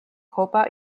coppa